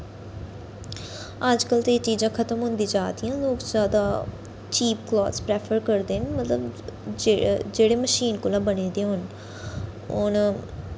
अजकल्ल ते एह् चीजां खत्म होंदियां जा दियां लोक जैदा चीप कलास प्रैफर करदे न मतलब जेह्ड़े मशीन कोला बने दे होन हून